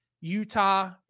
Utah